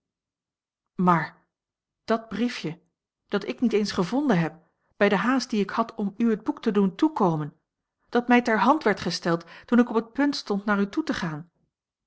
maar dat briefje dat ik niet eens gevonden heb bij de haast die ik had om u het boek te doen toekomen dat mij ter hand werd gesteld toen ik op het punt stond naar u toe te gaan